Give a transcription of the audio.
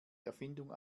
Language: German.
erfindung